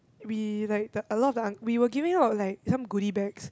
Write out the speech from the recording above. we like the a lot of the we were giving out like some goodie bags